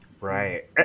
Right